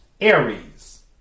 Aries